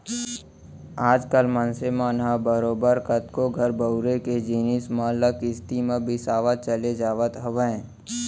आज कल मनसे मन ह बरोबर कतको घर बउरे के जिनिस मन ल किस्ती म बिसावत चले जावत हवय